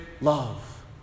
love